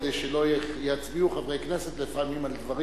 כדי שלא יצביעו חברי כנסת לפעמים על דברים